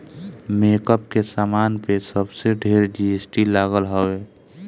makeup के सामान पे सबसे ढेर जी.एस.टी लागल हवे